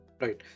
Right